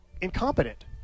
incompetent